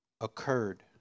occurred